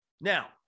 now